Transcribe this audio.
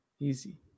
Easy